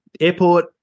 airport